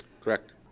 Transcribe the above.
Correct